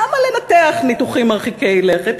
למה לנתח ניתוחים מרחיקי לכת?